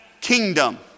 kingdom